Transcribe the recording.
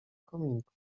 kominku